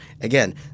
Again